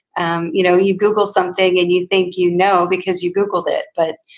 um you know you google something and you think, you know, because you googled it. but,